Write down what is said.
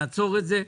לעצור את זה,